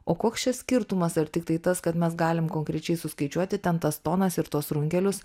o koks čia skirtumas ar tiktai tas kad mes galim konkrečiai suskaičiuoti ten tas tonas ir tuos runkelius